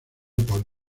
por